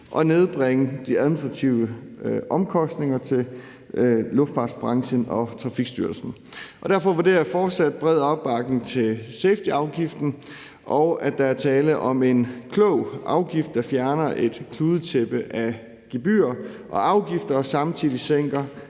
og nedbringe de administrative omkostninger til luftfartsbranchen og Trafikstyrelsen. Derfor vurderer jeg, at der fortsat er bred opbakning til safetyafgiften, og at der er tale om en klog afgift, der fjerner et kludetæppe af gebyrer og afgifter og samtidig sænker